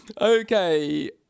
Okay